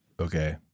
okay